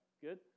Good